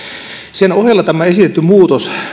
sen ohella tämä esitetty muutos